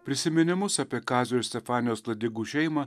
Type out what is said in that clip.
prisiminimus apie kazio ir stefanijos ladigų šeimą